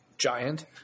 giant